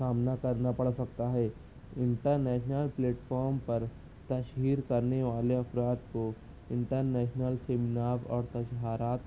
سامنا کرنا پڑ سکتا ہے انٹر نیشنل پلیٹفام پر تشہیر کرنے والے افراد کو انٹر نیشنل سیمینار اور تشہارات